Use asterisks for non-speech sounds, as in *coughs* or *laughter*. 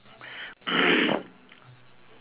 *coughs*